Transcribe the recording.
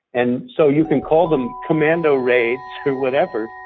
and so you can call them commando raids, or whatever